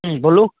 हुँ बोलू